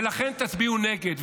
ולכן תצביעו נגד,